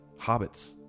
hobbits